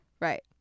right